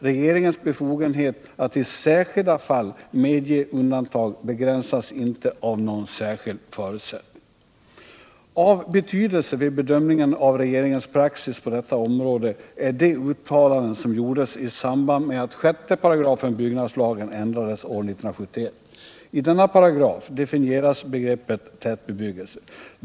Regeringens befogenhet att i särskilda fall medge undantag begränsas inte av någon särskild förutsättning. Av betydelse vid bedömningen av regeringens praxis på detta område är de uttalanden som gjordes i samband med att 6 § BL ändrades år 1971. I denna paragraf definieras begreppet tätbebyggelse.